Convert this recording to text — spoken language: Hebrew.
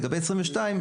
לגבי 2022,